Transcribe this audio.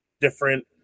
different